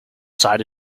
site